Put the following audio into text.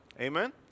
Amen